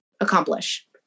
accomplish